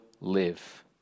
live